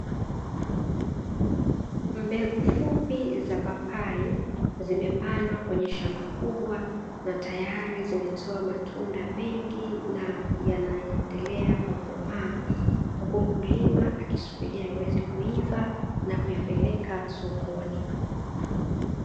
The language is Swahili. Mbegu fupi za papai zimepandwa kwenye shamba kubwa na tayari zimetoa matunda mengi na yanaendelea kukomaa huku mkulima akisubiria yaweze kuiva na kuyapeleka sokoni.